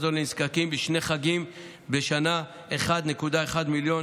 כרטיסי מזון לנזקקים בשני חגים בשנה, 1.1 מיליון